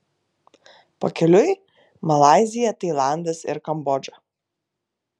pakeliui malaizija tailandas ir kambodža